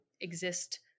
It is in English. exist